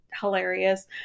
hilarious